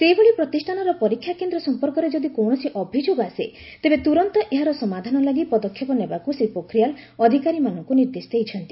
ସେହିଭଳି ପ୍ରତିଷ୍ଠାନର ପରୀକ୍ଷା କେନ୍ଦ୍ର ସଂପର୍କରେ ଯଦି କୌଣସି ଅଭିଯୋଗ ଆସେ ତେବେ ତୂରନ୍ତ ଏହାର ସମାଧାନ ଲାଗି ପଦକ୍ଷେପ ନେବାକୁ ଶ୍ରୀ ପୋଖରିଆଲ ଅଧିକାରୀମାନଙ୍କୁ ନିର୍ଦ୍ଦେଶ ଦେଇଛନ୍ତି